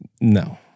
no